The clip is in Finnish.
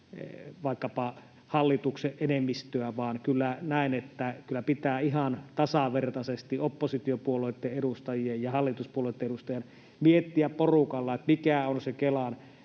vaikkapa hallituksen enemmistöä, vaan kyllä näen, että kyllä pitää ihan tasavertaisesti oppositiopuolueitten edustajien ja hallituspuolueitten edustajien miettiä porukalla, mitä me tehdään.